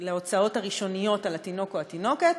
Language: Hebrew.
להוצאות הראשוניות על התינוק או התינוקת.